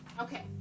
Okay